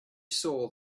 saw